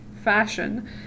fashion